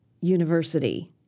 university